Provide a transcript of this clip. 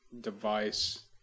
device